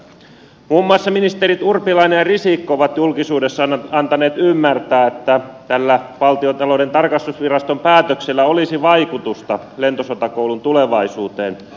muun muassa ministerit urpilainen ja risikko ovat julkisuudessa antaneet ymmärtää että tällä valtiontalouden tarkastusviraston päätöksellä olisi vaikutusta lentosotakoulun tulevaisuuteen